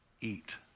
eat